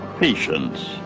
Patience